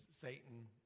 satan